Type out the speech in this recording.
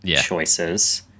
choices